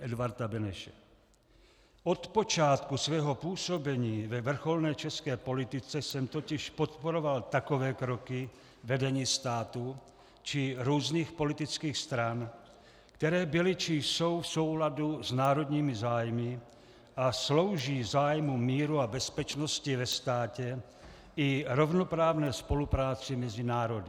Od počátku svého působení ve vrcholné české politice jsem totiž podporoval takové kroky vedení státu či různých politických stran, které byly či jsou v souladu s národními zájmy a slouží zájmům míru a bezpečnosti ve státě i rovnoprávné spolupráci mezi národy.